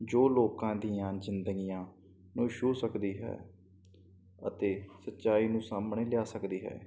ਜੋ ਲੋਕਾਂ ਦੀਆਂ ਜ਼ਿੰਦਗੀਆਂ ਨੂੰ ਛੂਹ ਸਕਦੀ ਹੈ ਅਤੇ ਸੱਚਾਈ ਨੂੰ ਸਾਹਮਣੇ ਲਿਆ ਸਕਦੀ ਹੈ